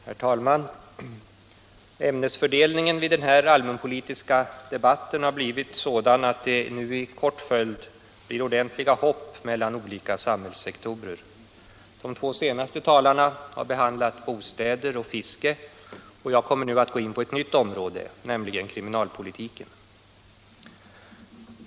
Herr talman! Ämnesfördelningen vid den här allmänpolitiska debatten har blivit sådan att det i snabb följd blivit ordentliga hopp mellan olika samhällssektorer. De två senaste talarna har behandlat bostäder och fiske, och jag kommer nu att gå in på ett nytt område, nämligen kriminalpolitiken.